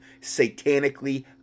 satanically